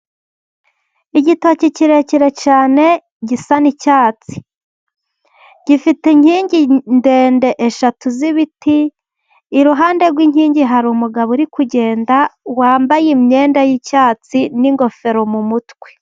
Igitoki kirekire cyane gisa n'icyatsi. Gifite inkingi ndende eshatu z'ibiti, iruhande rw'inkingi hari umugabo uri kugenda wambaye imyenda y'icyatsi n'ingofero mu mutwe.